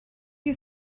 you